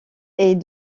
est